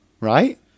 Right